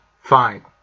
Fine